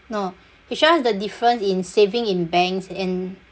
no he showed us the difference in saving in banks and